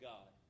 God